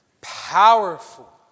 powerful